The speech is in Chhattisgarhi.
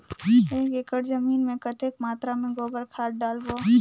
एक एकड़ जमीन मे कतेक मात्रा मे गोबर खाद डालबो?